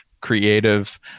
creative